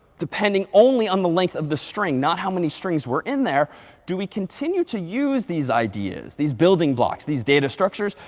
depending only on the length of the string, not how many strings were in there do we continue to use these ideas, these building blocks, these data structures.